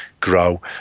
grow